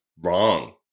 wrong